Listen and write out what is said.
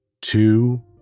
two